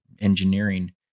engineering